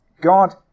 God